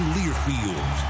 Learfield